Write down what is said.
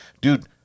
dude